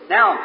Now